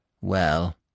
Well